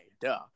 duh